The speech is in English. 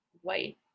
white